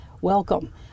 Welcome